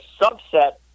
subset